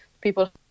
People